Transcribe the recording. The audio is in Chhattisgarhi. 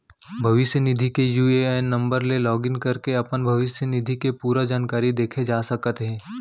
भविस्य निधि के यू.ए.एन नंबर ले लॉगिन करके अपन भविस्य निधि के पूरा जानकारी देखे जा सकत हे